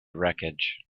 wreckage